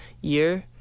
year